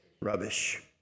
Rubbish